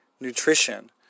nutrition